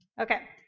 Okay